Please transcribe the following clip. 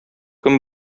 кем